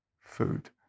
food